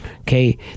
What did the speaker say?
okay